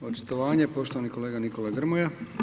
Očitovanje poštovani kolega Nikola Grmoja.